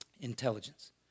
intelligence